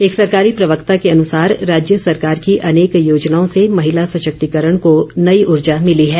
एक सरकारी प्रवक्ता के अनुसार राज्य सरकार की अनेक योजनाओं से महिला सशक्तिकरण को नई ऊर्जा मिली है